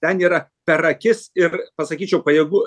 ten yra per akis ir pasakyčiau pajėgų